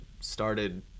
started